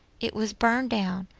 it was burned down,